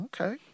Okay